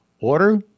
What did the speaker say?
Order